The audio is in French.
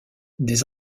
des